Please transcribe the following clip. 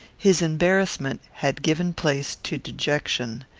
his embarrassment had given place to dejection.